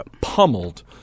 pummeled